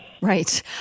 Right